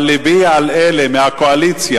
אבל לבי על אלה מהקואליציה,